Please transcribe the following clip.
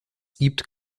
gibt